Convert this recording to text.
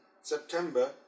September